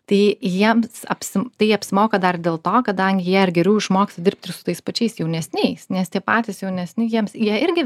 tai jiems apsim tai apsimoka dar dėl to kadangi jie ir geriau išmoksta dirbt ir su tais pačiais jaunesniais nes tie patys jaunesni jiems jie irgi